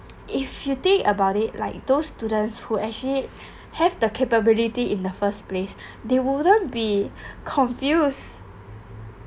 if you think about it like those students who actually have the capability in the first place they wouldn't be confuse